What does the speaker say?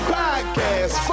podcast